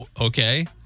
Okay